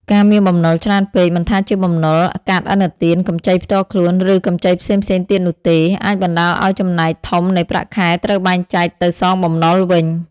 ការមានបំណុលច្រើនពេក មិនថាជាបំណុលកាតឥណទាន កម្ចីផ្ទាល់ខ្លួន ឬកម្ចីផ្សេងៗទៀតនោះទេ អាចបណ្ដាលឲ្យចំណែកធំនៃប្រាក់ខែត្រូវបែងចែកទៅសងបំណុលវិញ។